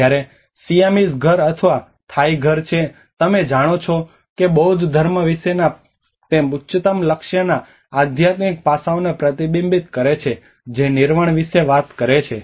જ્યારે સિયામીઝ ઘર અથવા થાઇ ઘર છે તમે જાણો છો કે બૌદ્ધ ધર્મ વિશેના તે ઉચ્ચત્તમ લક્ષ્યના આધ્યાત્મિક પાસાઓને પ્રતિબિંબિત કરે છે જે નિર્વાણ વિશે વાત કરે છે